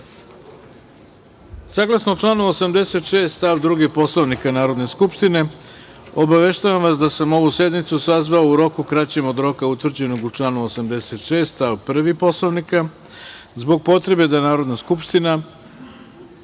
članu 86. stav 2. Poslovnika Narodne skupštine, obaveštavam vas da sam ovu sednicu sazvao u roku kraćem od roka utvrđenog u članu 86. stav 1. Poslovnika, zbog potrebe da Narodna skupština